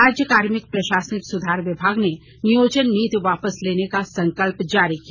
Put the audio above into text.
राज्य कार्मिक प्रशासनिक सुधार विभाग ने नियोजन नीति वापस लेने का संकल्प जारी किया